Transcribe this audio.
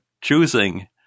choosing